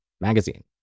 magazine